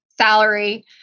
salary